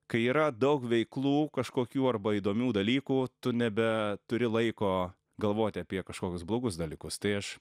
kai yra daug veiklų kažkokių arba įdomių dalykų tu nebeturi laiko galvoti apie kažkokius blogus dalykus tai aš